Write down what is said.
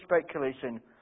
speculation